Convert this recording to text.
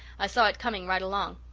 i saw it coming right along.